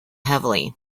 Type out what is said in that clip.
heavily